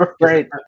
right